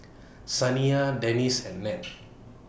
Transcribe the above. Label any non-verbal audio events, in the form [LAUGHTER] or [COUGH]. [NOISE] Saniyah Denise and Ned [NOISE]